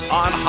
on